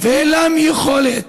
ואין להם יכולת